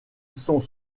sont